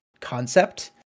concept